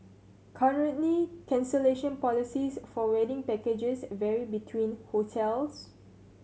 currently cancellation policies for wedding packages vary between hotels